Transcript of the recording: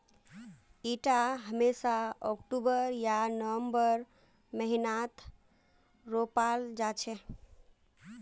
इटा हमेशा अक्टूबर या नवंबरेर महीनात रोपाल जा छे